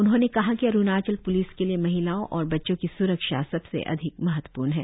उन्होंने कहा कि अरुणाचल प्लिस के लिए महिलाओं और बच्चों की स्रक्षा सबसे अधिक महत्वपूर्ण है